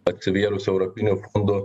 atsivėrusių europinių fondų